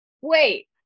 wait